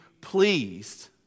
pleased